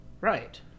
Right